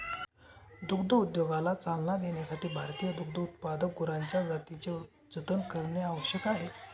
दुग्धोद्योगाला चालना देण्यासाठी भारतीय दुग्धोत्पादक गुरांच्या जातींचे जतन करणे आवश्यक आहे